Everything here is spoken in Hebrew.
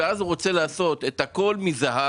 ואז הוא רוצה לעשות את הכל מזהב.